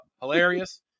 Hilarious